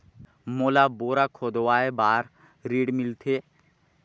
मोला बोरा खोदवाय बार ऋण मिलथे?